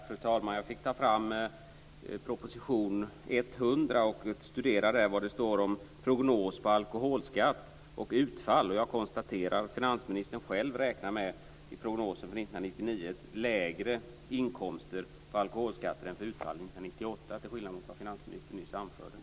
Fru talman! Jag fick ta fram proposition 100, och jag studerar här vad det står om prognos på alkoholskatt och utfall. Jag konstaterar att finansministern själv i prognosen för 1999 räknar med lägre inkomster på alkoholskatten än för utfallet för 1998, till skillnad mot vad finansministern nyss anförde.